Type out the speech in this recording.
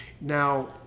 now